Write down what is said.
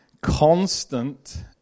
constant